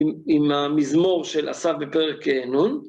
עם המזמור של אסף בפרק נ'.